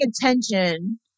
attention